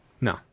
No